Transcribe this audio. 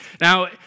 Now